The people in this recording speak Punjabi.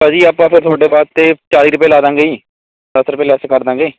ਭਾਅ ਜੀ ਆਪਾਂ ਫਿਰ ਤੁਹਾਡੇ ਵਾਸਤੇ ਚਾਲੀ ਰੁਪਏ ਲਾ ਦੇਵਾਂਗੇ ਜੀ ਦਸ ਰੁਪਏ ਲੈੱਸ ਕਰ ਦੇਵਾਂਗੇ